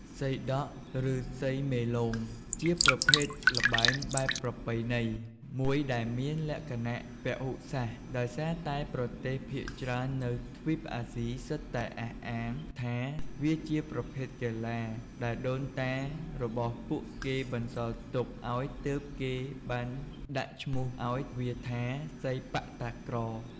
សីដក់ ឬ សីមេលោង ជាប្រភេទល្បែងបែបប្រពៃណីមួយដែលមានលក្ខណៈពហុសាសន៍ដោយសារតែប្រទេស ភាគច្រើននៅទ្វីបអាស៊ីសុទ្ធតែអះអាងថា វាជាប្រភេទកីឡាដែលដូនតារបស់ពួកគេបន្សល់ទុកឲ្យទើបគេបានដាក់ឈ្មោះឲ្យវាថា សីប៉ាក់តាក្រ។